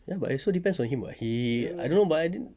ya but it also depends on him [what] he I don't know but